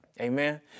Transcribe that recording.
Amen